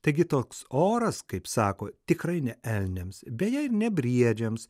taigi toks oras kaip sako tikrai ne elniams beje ir ne briedžiams